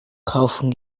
kaufen